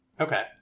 Okay